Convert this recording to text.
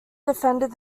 defended